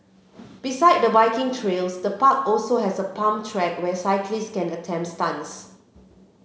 beside the biking trails the park also has a pump track where cyclists can attempt stunts